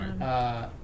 right